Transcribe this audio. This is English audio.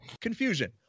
Confusion